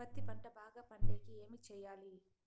పత్తి పంట బాగా పండే కి ఏమి చెయ్యాలి?